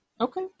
Okay